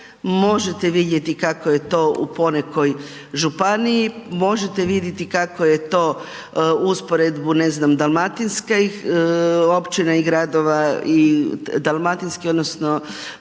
možete vidjeti kako je to u ponekoj županiji, možete vidjeti kako je to, usporedbu, ne znam, dalmatinskih općina i gradova i dalmatinski odnosno